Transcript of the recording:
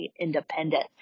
independent